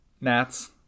Nats